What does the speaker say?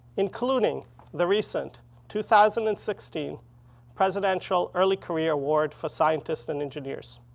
including the recent two thousand and sixteen presidential early career award for scientists and engineers.